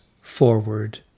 forward